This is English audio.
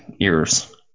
ears